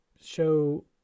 show